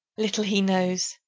little he knows,